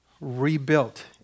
rebuilt